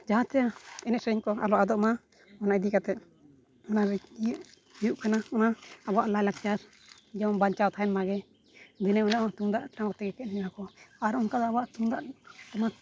ᱡᱟᱦᱟᱸᱛᱮ ᱮᱱᱮᱡ ᱥᱮᱨᱮᱧ ᱠᱚ ᱟᱞᱚ ᱟᱫᱚᱜᱢᱟ ᱚᱱᱟ ᱤᱫᱤ ᱠᱟᱛᱮᱫ ᱚᱱᱟ ᱤᱭᱟᱹ ᱦᱩᱭᱩᱜ ᱠᱟᱱᱟ ᱚᱱᱟ ᱟᱵᱚᱣᱟᱜ ᱞᱟᱭᱞᱟᱠᱪᱟᱨ ᱡᱮᱢᱚᱱ ᱵᱟᱧᱪᱟᱣ ᱛᱟᱦᱮᱱᱢᱟᱜᱮ ᱫᱤᱱᱟᱹᱢ ᱦᱤᱞᱳᱜ ᱚᱱᱟ ᱛᱩᱢᱫᱟᱜ ᱴᱟᱢᱟᱠ ᱛᱮᱜᱮ ᱠᱚ ᱮᱱᱮᱡ ᱟᱠᱚ ᱟᱨ ᱚᱱᱠᱟ ᱫᱚ ᱟᱵᱚᱣᱟᱜ ᱛᱩᱢᱫᱟᱜ ᱴᱟᱢᱟᱠ